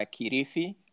Kirifi